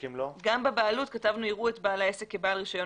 גם בבעלות כתבנו שיראו את בעל העסק כבעל רישיון